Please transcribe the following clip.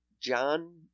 John